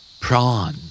Prawn